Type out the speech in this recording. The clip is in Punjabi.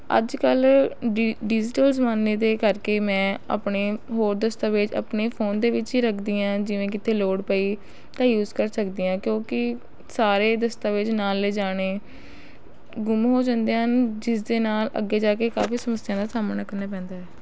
ਅੱਜ ਕੱਲ੍ਹ ਡੀ ਡੀਜੀਟਲ ਜ਼ਮਾਨੇ ਦੇ ਕਰਕੇ ਮੈਂ ਆਪਣੇ ਹੋਰ ਦਸਤਾਵੇਜ਼ ਆਪਣੇ ਫੋਨ ਦੇ ਵਿੱਚ ਹੀ ਰੱਖਦੀ ਹਾਂ ਜਿਵੇਂ ਕਿਤੇ ਲੋੜ ਪਈ ਤਾਂ ਯੂਸ ਕਰ ਸਕਦੀ ਹਾਂ ਕਿਉਂਕਿ ਸਾਰੇ ਦਸਤਾਵੇਜ਼ ਨਾਲ ਲਿਜਾਣੇ ਗੁੰਮ ਹੋ ਜਾਂਦੇ ਹਨ ਜਿਸ ਦੇ ਨਾਲ ਅੱਗੇ ਜਾ ਕੇ ਕਾਫੀ ਸਮੱਸਿਆ ਦਾ ਸਾਹਮਣਾ ਕਰਨਾ ਪੈਂਦਾ ਹੈ